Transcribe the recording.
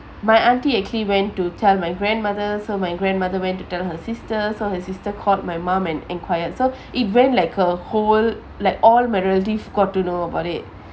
my auntie actually went to tell my grandmother so my grandmother went to tell her sister so her sister called my mom and inquired so it went like a whole like all my relative got to know about it